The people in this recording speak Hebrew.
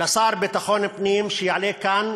לשר לביטחון פנים שיעלה לכאן,